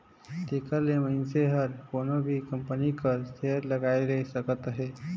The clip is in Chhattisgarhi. तेकर ले मइनसे हर कोनो भी कंपनी कर सेयर लगाए सकत अहे